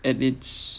and it'